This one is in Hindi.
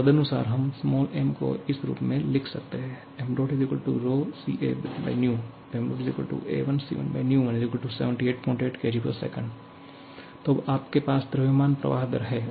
तो तदनुसार हम m को इस रूप में लिख सकते हैं mCA vmA1C1 v1788 kgs तो अब आपके पास द्रव्यमान प्रवाह दर है